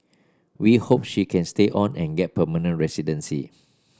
we hope she can stay on and get permanent residency